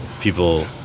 people